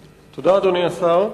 תודה, אדוני השר.